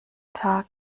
tag